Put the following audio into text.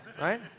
right